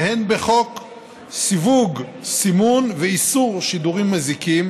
והן בחוק סיווג, סימון ואיסור שידורים מזיקים,